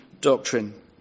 doctrine